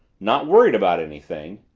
not worried about anything?